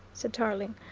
said tarling.